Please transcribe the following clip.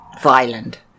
violent